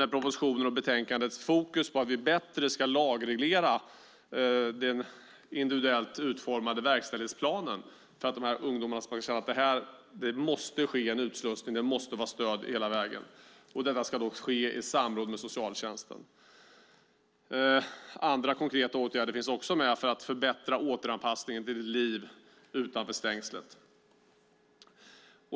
Propositionen och betänkandet har fokus på att vi bättre ska lagreglera den individuellt utformade verkställighetsplanen så att ungdomarna känner att de får en utslussning och stöd hela vägen, och det ska ske i samråd med socialtjänsten. Andra konkreta åtgärder finns också med för att förbättra återanpassningen till ett liv utanför stängslet.